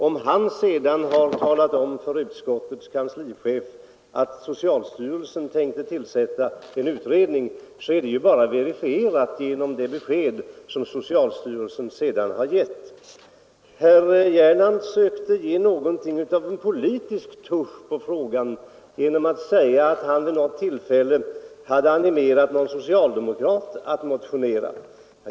Om han sedan har talat om för utskottets kanslichef att socialstyrelsen tänkte tillsätta en utredning, är det ju verifierat genom det besked som socialstyrelsen sedan har gett. Herr Gernandt sökte ge frågan en politisk touche genom att säga att han vid något tillfälle hade animerat en socialdemokrat att motionera.